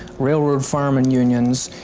railroad firemen's unions,